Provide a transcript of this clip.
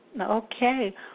Okay